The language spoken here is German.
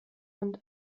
und